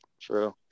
True